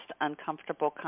uncomfortable